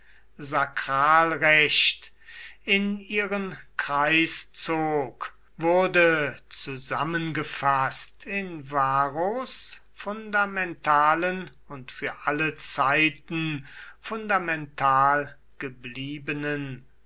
sakralrecht in ihren kreis zog wurde zusammengefaßt in varros fundamentalen und für alle zeiten fundamental gebliebenen